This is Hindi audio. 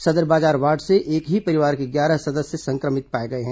सदर बाजार वार्ड से एक ही परिवार के ग्यारह सदस्य संक्रमित पाए गए हैं